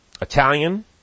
Italian